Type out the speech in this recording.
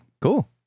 Cool